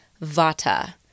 Vata